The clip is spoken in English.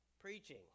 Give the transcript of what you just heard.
preaching